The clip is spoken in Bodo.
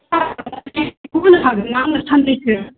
सार माने लिभखौ होनो हागोनना आंनो सानब्रैसो